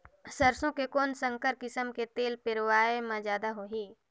सरसो के कौन संकर किसम मे तेल पेरावाय म जादा होही?